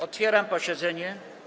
Otwieram posiedzenie.